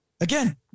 again